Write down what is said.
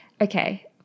Okay